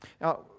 Now